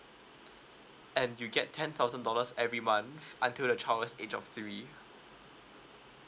and you get ten thousand dollars every month until the child's age of three